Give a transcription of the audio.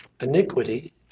iniquity